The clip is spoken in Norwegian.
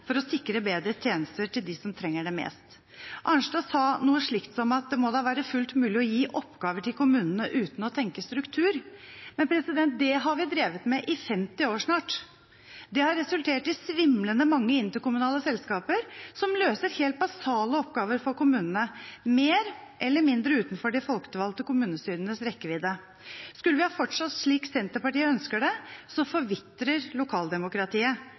for å sikre bedre tjenester til dem som trenger det mest. Arnstad sa noe slikt som at det må da være fullt mulig å gi oppgaver til kommunene uten å tenke struktur. Men det har vi drevet med i snart 50 år. Det har resultert i svimlende mange interkommunale selskaper, som løser helt basale oppgaver for kommunene, mer eller mindre utenfor de folkevalgte kommunestyrenes rekkevidde. Skulle vi ha fortsatt slik Senterpartiet ønsker det, ville lokaldemokratiet